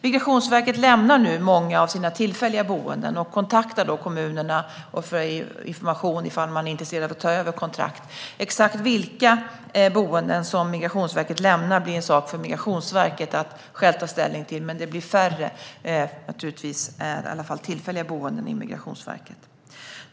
Migrationsverket lämnar nu många av sina tillfälliga boenden och kontaktar då kommunerna för att ta reda på om de är intresserade av att ta över kontraktet. Exakt vilka boenden som Migrationsverket lämnar blir en sak för Migrationsverket att självt ta ställning till, men det blir i alla fall färre tillfälliga boenden i Migrationsverkets regi.